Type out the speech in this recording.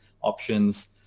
options